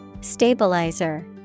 Stabilizer